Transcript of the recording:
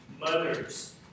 mothers